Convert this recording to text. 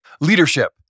Leadership